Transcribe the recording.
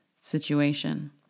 situation